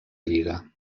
lliga